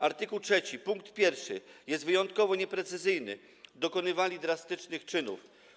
Art. 3 pkt 1 jest wyjątkowo nieprecyzyjny: dokonywali drastycznych czynów.